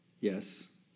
Yes